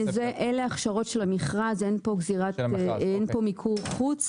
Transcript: לא, אלה הכשרות של המכרז, אין פה מיקור חוץ.